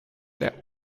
that